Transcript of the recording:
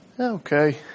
Okay